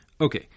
Okay